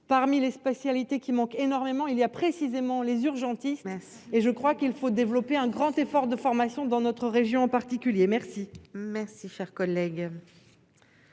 parmi les spécialités qui manque énormément, il y a précisément les urgentistes et je crois qu'il faut développer un grand effort de formation dans notre région en particulier, merci, merci, cher collègue.